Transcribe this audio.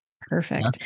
Perfect